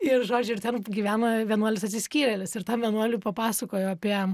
ir žodžiu ir ten gyvena vienuolis atsiskyrėlis ir tam vienuoliui papasakojo apie